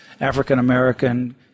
African-American